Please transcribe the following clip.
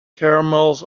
caramels